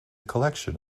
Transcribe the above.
collection